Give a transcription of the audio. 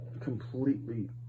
completely